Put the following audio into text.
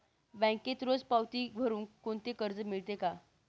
बँकेत रोज पावती भरुन कोणते कर्ज मिळते का?